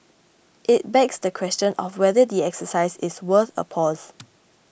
it begs the question of whether the exercise is worth a pause